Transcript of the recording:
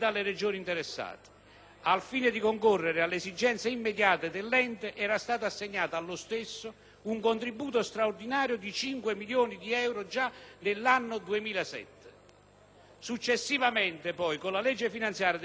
Al fine di concorrere alle esigenze immediate dell'Ente era assegnato, allo stesso, un contributo straordinario di 5 milioni di euro già nell'anno 2007. Successivamente, con la legge finanziaria del 2008,